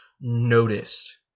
noticed